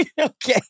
Okay